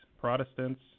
Protestants